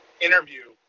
interview